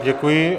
Děkuji.